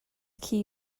key